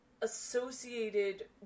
associated